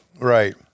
right